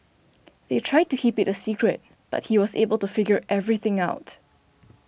they tried to keep it a secret but he was able to figure everything out